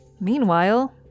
Meanwhile